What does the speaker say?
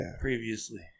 Previously